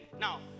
now